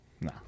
No